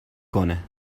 کنه